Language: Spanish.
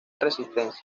resistencia